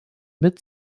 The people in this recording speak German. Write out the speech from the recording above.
mit